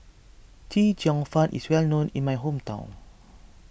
Chee Cheong Fun is well known in my hometown